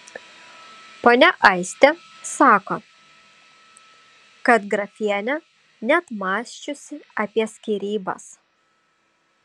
ponia aistė sako kad grafienė net mąsčiusi apie skyrybas